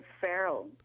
feral